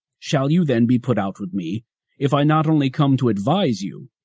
shall you then be put out with me if i not only come to advise you,